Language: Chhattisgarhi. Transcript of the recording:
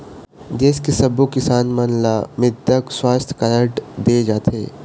देस के सब्बो किसान मन ल मृदा सुवास्थ कारड दे जाथे